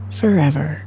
forever